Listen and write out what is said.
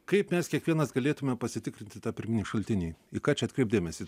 kaip mes kiekvienas galėtume pasitikrinti tą pirminį šaltinį į ką čia atkreipt dėmesį